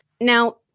Now